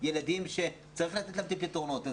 ילדים שצריך לתת להם את הפתרונות.